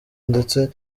ndetse